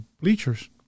bleachers